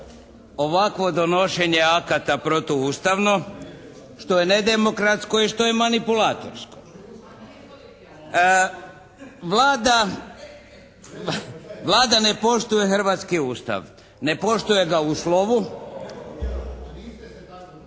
ovakvo donošenje akata protuustavno. Što je nedemokratsko i što je manipulatorsko. Vlada, Vlada ne poštuje hrvatski Ustav. Ne poštuje ga u slovu